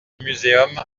muséum